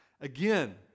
Again